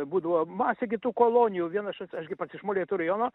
būdavo masė gi tų kolonijų vienaša aš gi pats iš molėtų rajono